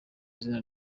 izina